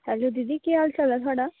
hello दीदी कोह् हाल चाल ऐ थुआढ़ा